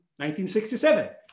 1967